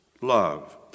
love